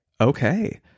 Okay